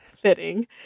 fitting